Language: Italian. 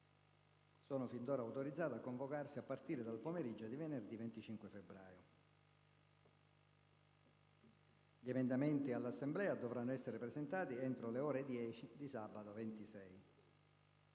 sono fin d'ora autorizzate a convocarsi a partire dal pomeriggio di venerdì 25 febbraio. Gli emendamenti all'Assemblea dovranno essere presentati entro le ore 10 di sabato 26.